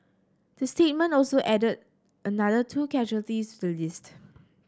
the statement also added another two casualties to list